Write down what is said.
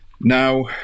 Now